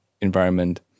environment